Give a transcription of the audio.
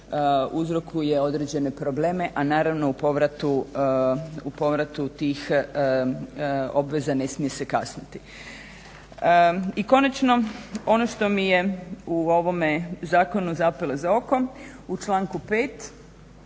uzrokuje određene probleme, a naravno u povratu tih obveza ne smije se kasniti. I konačno, ono što mi je u ovome zakonu zapelo za oko u članku 5.